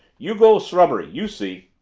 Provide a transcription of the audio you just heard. you go srubbery. you see.